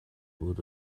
بود